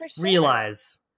realize